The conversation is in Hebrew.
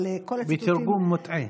בתרגום מוטעה.